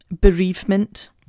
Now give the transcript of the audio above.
bereavement